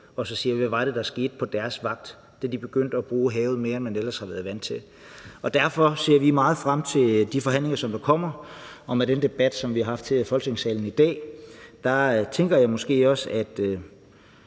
og siger: Hvad var det, der skete på jeres vagt, da vi begyndte at bruge havet mere, end man ellers har været vant til? Derfor ser vi meget frem til de forhandlinger, der kommer, og med den debat, som vi har haft her i Folketingssalen i dag, tænker jeg måske også –